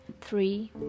three